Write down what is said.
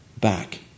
back